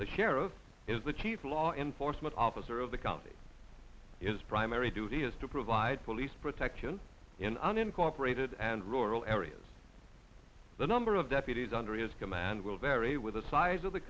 the sheriff is the chief law enforcement officer of the county is primary duty is to provide police protection in unincorporated and rural areas the number of deputies under his command will vary with the size of the